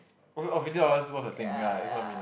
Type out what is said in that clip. or fifty dollars worth of Sing ya it's what I mean ah